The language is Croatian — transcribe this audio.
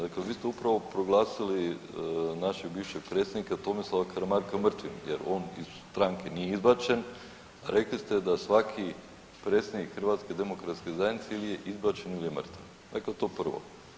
Dakle, vi ste upravo proglasili našeg bivšeg predsjednika Tomislava Karamarka mrtvim jer on iz stranke nije izbačen, rekli ste da svaki predsjednik HDZ-a je izbačen ili je mrtav, dakle to prvo.